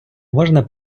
можна